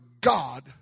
God